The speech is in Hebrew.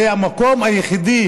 זה המקום היחיד,